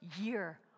year